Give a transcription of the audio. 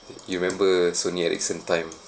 you remember sony-ericsson time